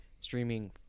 streaming